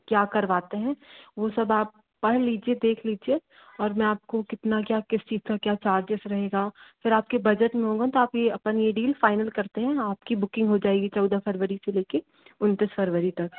क्या करवाते हैं वो सब आप पढ़ लीजिए देख लीजिए और मैं आपको कितना क्या किस चीज का क्या चार्जेस रहेगा फिर आपके बजट बजट में होगा ताकि अपन ये डील फाइनल करते हैं आपकी बुकिंग हो जाएगी चौदह फरवरी से लेके उनतीस फरवरी तक